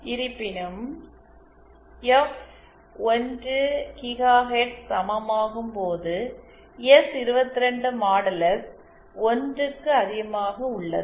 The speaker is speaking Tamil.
இருப்பினும் எஃப் 1 கிகாஹெர்ட்ஸ் சமமாகும் போது எஸ்22 மாடுலஸ் ஒன்றுக்கு அதிகமாக உள்ளது